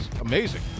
amazing